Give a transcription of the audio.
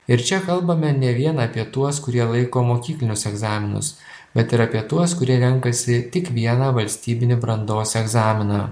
ir čia kalbame ne vien apie tuos kurie laiko mokyklinius egzaminus bet ir apie tuos kurie renkasi tik vieną valstybinį brandos egzaminą